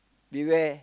beware